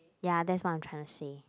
ya that's what I'm trying to say